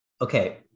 Okay